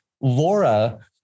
Laura